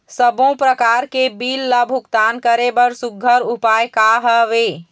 सबों प्रकार के बिल ला भुगतान करे बर सुघ्घर उपाय का हा वे?